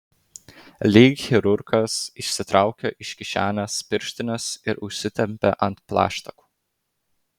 lyg chirurgas išsitraukė iš kišenės pirštines ir užsitempė ant plaštakų